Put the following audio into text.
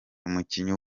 umukinnyi